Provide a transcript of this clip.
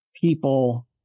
people